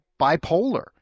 bipolar